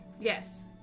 Yes